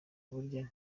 burya